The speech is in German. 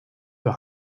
für